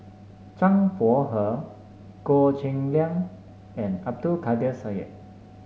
Zhang Bohe Goh Cheng Liang and Abdul Kadir Syed